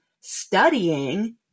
studying